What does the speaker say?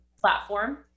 platform